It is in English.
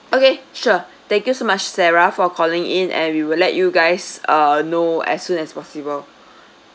okay sure thank you so much sarah for calling in and we will let you guys uh know as soon as possible